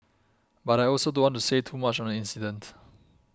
but I also don't want to say too much on the incident